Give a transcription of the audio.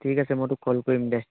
ঠিক আছে মই তোক কল কৰিম দে